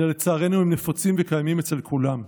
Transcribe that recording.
אלא לצערנו הם נפוצים וקיימים אצל כולם.